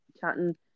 chatting